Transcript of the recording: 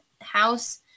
house